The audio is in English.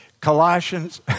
Colossians